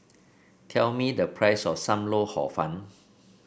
tell me the price of Sam Lau Hor Fun